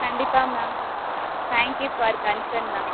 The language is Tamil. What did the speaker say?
கண்டிப்பாக ma'am thank you for concern ma'am